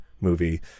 movie